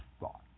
thought